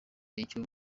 icyo